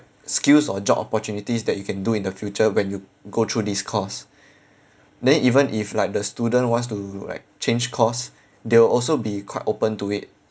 skills or job opportunities that you can do in the future when you go through this course then even if like the student wants to like change course they will also be quite open to it